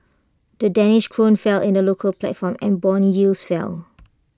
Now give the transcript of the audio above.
the danish Krone fell in the local platform and Bond yields fell